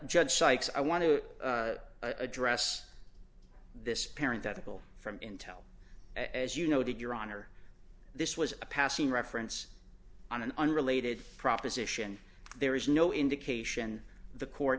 judge sykes i want to address this parent that tickle from intel as you noted your honor this was a passing reference on an unrelated proposition there is no indication the court